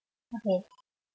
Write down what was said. okay